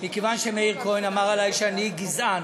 מכיוון שמאיר כהן אמר עלי שאני גזען,